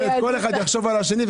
כל אחד יחשוב על השני,